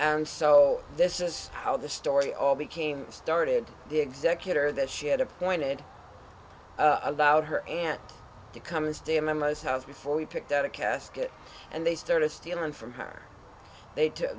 and so this is how the story all became started the executor that she had appointed allowed her aunt to come and stay in a most house before we picked out a casket and they started stealing from her they to